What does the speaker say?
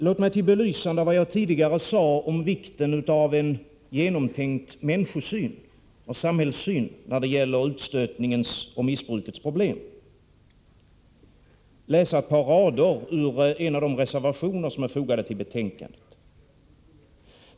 Låt mig till belysande av vad jag tidigare sade om vikten av en genomtänkt människosyn och samhällssyn när det gäller utstötningen och missbruksproblem läsa ett par rader ur en av de reservationer som är fogade till betänkandet.